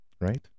Right